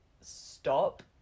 stop